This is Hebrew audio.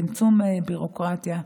צמצום ביורוקרטיה.